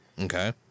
Okay